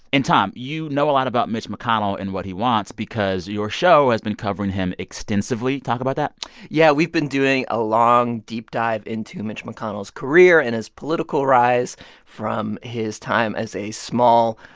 and, tom, you know a lot about mitch mcconnell and what he wants because your show has been covering him extensively. talk about that yeah. we've been doing a long, deep dive into mitch mcconnell's career and his political rise from his time as a small,